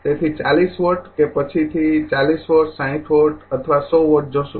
તેથી ૪૦ વોટ કે પછીથી ૪૦ વોટ ૬૦ વોટ અથવા ૧૦૦ વોટ જોશું